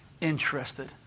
interested